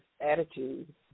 attitude